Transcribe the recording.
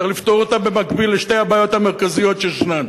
צריך לפתור אותה במקביל לשתי הבעיות המרכזיות שישנן,